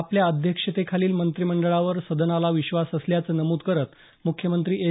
आपल्या अध्यक्षतेखालील मंत्रिमंडळावर सदनाला विश्वास असल्याचं नमुद करत मुख्यमंत्री एच